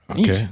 Okay